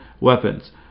weapons